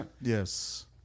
yes